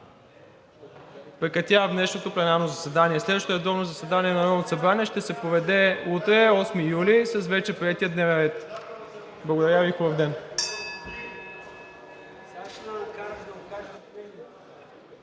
прекратявам днешното пленарно заседание. Следващото редовно заседание на Народното събрание ще се проведе утре, 8 юли, с вече приетия дневен ред. Благодаря Ви. Хубав ден!